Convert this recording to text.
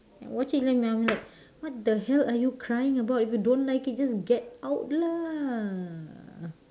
I watch it then I'm like what the hell are you crying about if you don't like it just get out lah